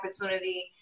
opportunity